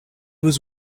was